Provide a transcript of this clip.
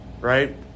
right